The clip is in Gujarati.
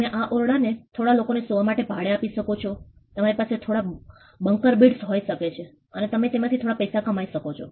તમે આ ઓરડાને થોડા લોકો ને સુવા માટે ભાડે આપી શકો છો તમારી પાસે થોડા બંકર બિટ્સ હોઈ શકે છે અને તમે તેનાથી થોડા પૈસા કમાઈ શકો છો